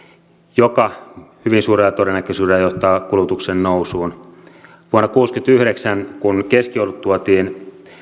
joka hyvin suurella todennäköisyydellä johtaa kulutuksen nousuun vuonna kuusikymmentäyhdeksän kun keskiolut tuotiin